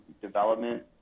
development